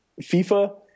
FIFA